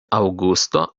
aŭgusto